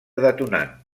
detonant